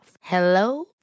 Hello